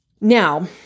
Now